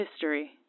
History